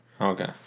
Okay